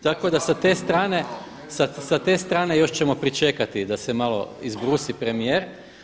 Tako da sa te strane još ćemo pričekati da se još malo izbrusi premijer.